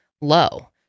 low